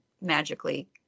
magically